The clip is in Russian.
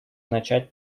начать